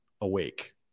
awake